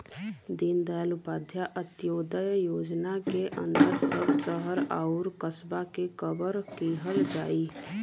दीनदयाल उपाध्याय अंत्योदय योजना के अंदर सब शहर आउर कस्बा के कवर किहल जाई